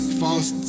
false